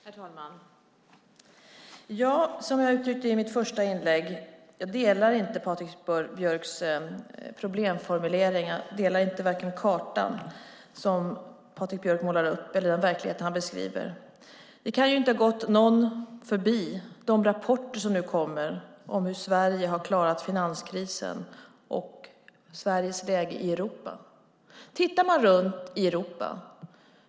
Herr talman! Som jag uttryckte i mitt första inlägg delar jag inte Patrik Björcks problemformulering, varken den karta som Patrik Björck målar upp eller den verklighet han beskriver. De rapporter som nu kommer om hur Sverige har klarat finanskrisen och Sveriges väg i Europa kan inte ha gått någon förbi. Man kan titta runt om i Europa.